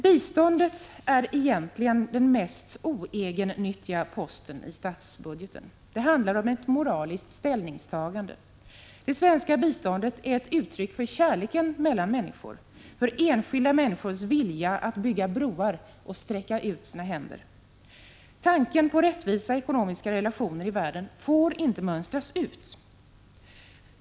Biståndet är egentligen den mest oegennyttiga posten i statsbudgeten. Det handlar om ett moraliskt ställningstagande. Det svenska biståndet är ett uttryck för kärleken mellan människor och för enskilda människors vilja att bygga broar och sträcka ut sina händer. Tanken på rättvisa ekonomiska relationer i världen får inte mönstras ut.